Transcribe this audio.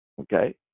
okay